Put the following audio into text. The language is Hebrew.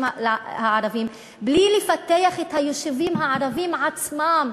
הערביות בלי לפתח את היישובים הערביים עצמם.